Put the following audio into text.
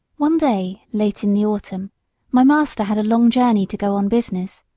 one day late in the autumn my master had a long journey to go on business.